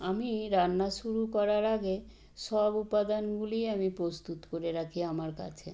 আমি রান্না শুরু করার আগে সব উপাদানগুলিই আমি প্রস্তুত করে রাখি আমার কাছে